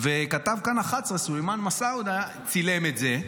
כתב כאן 11 סולימאן מסוודה צילם את זה,